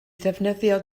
ddefnyddio